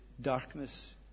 darkness